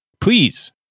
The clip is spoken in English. Please